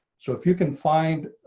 so if you can find